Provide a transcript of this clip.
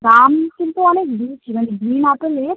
দাম কিন্তু অনেক বেশি মানে গ্রীন আপেলের